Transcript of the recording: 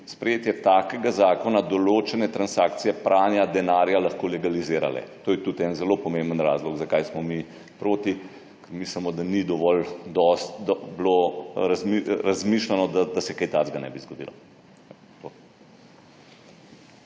sprejetje takega zakona določene transakcije pranja denarja lahko legalizirale. To je tudi en zelo pomemben razlog, zakaj smo mi proti. Mislimo, da ni bilo dovolj razmišljeno, da se kaj takega ne bi zgodilo.